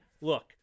look